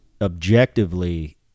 objectively